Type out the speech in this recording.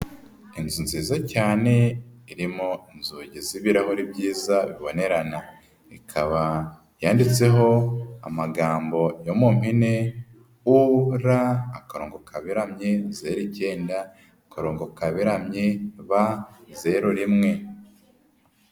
Inzu nziza cyane irimo inzugi z'ibirahuri byiza bibonerana, ikaba yanditseho amagambo yo mu mpine UR/09/B01.